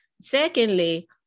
Secondly